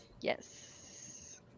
Yes